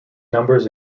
numbers